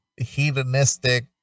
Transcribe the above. hedonistic